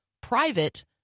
private